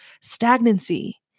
stagnancy